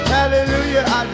Hallelujah